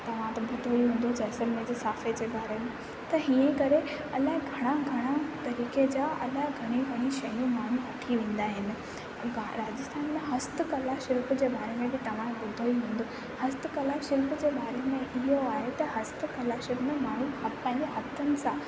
तव्हां त ॿुधो ई हूंदो जैसलमेर जे साफे जे बारे में त हीअं करे अलाए घणा घणा तरीक़े जा अलाए घणियूं घणियूं शयूं माण्हूं वठी वेंदा आहिनि ही राजस्थान में हस्तकला शिल्प जे बारे में तव्हां ॿुधो ई हूंदो हस्तकला शिल्प जे बारे में इहो आहे त हस्तकला शिल्प में माण्हूं पंहिंजनि हथनि सां